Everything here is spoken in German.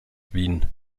wien